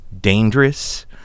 dangerous